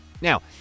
Now